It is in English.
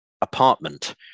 apartment